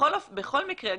בכל מקרה,